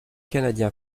canadien